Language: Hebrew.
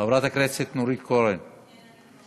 חברת הכנסת נורית קורן, שלוש